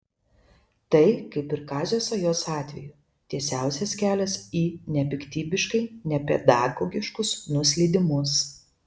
tai kaip ir kazio sajos atveju tiesiausias kelias į nepiktybiškai nepedagogiškus nuslydimus